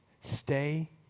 stay